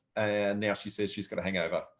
and now she say she's got a hangover.